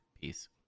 Peace